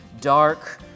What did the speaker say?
dark